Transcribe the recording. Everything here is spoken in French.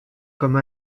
comme